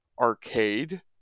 arcade